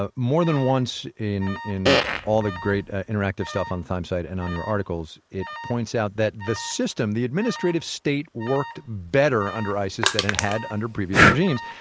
ah more than once in in all the great interactive stuff on the times' site and on your articles, it points out that the system, the administrative state, worked better under isis than it had under previous regimes.